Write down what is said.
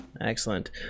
excellent